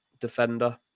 defender